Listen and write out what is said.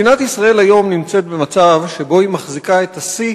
מדינת ישראל נמצאת היום במצב שבו היא מחזיקה את השיא